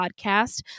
podcast